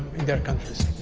in their countries.